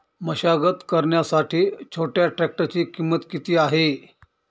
मशागत करण्यासाठी छोट्या ट्रॅक्टरची किंमत किती आहे?